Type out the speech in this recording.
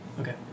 Okay